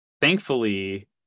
thankfully